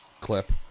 clip